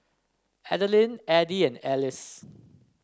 Adilene Edie and Alys